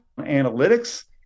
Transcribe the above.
analytics